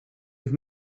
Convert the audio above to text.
have